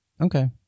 Okay